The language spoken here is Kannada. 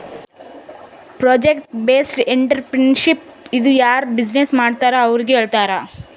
ಪ್ರೊಜೆಕ್ಟ್ ಬೇಸ್ಡ್ ಎಂಟ್ರರ್ಪ್ರಿನರ್ಶಿಪ್ ಇದು ಯಾರು ಬಿಜಿನೆಸ್ ಮಾಡ್ತಾರ್ ಅವ್ರಿಗ ಹೇಳ್ತಾರ್